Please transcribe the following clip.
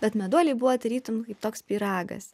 bet meduoliai buvo tarytum kaip toks pyragas